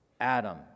Adam